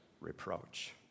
reproach